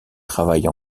travaille